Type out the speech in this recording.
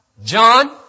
John